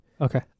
Okay